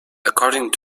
according